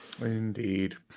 indeed